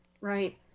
right